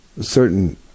certain